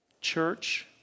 Church